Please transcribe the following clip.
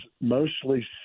mostly